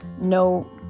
no